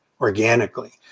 organically